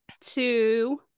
Two